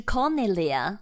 Cornelia